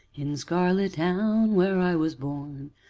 in scarlet town, where i was born,